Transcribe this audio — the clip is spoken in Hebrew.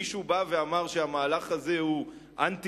מישהו בא ואמר שהמהלך הזה הוא אנטי-דמוקרטי,